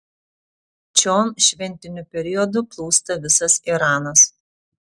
čion šventiniu periodu plūsta visas iranas